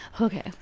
Okay